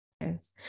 Yes